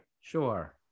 sure